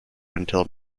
until